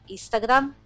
Instagram